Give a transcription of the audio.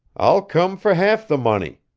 i'll come for half the money,